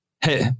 hey